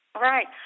Right